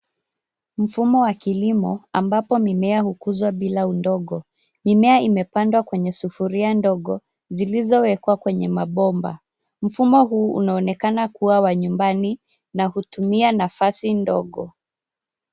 Mfumo wa kilimo ambapo mimea hukuzwa bila udongo. Mimea imepandwa kwenye sufuria ndogo zilizowekwa kwenye mabomba. Mfumo huu unaonekana kuwa wa nyumbani na hutumia nafasi ndogo.